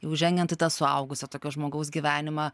jau žengiant į tą suaugusio tokio žmogaus gyvenimą